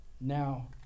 Now